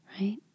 right